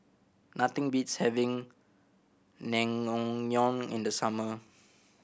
nothing beats having Naengmyeon in the summer